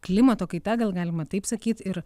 klimato kaita gal galima taip sakyt ir